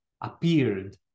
appeared